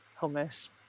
hummus